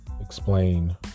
explain